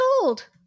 gold